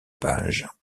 pages